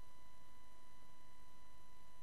לדבר על כפייה ועל החזרת פליטים.